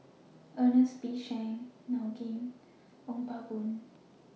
Ernest P Shanks Gao Ning and Ong Pang Boon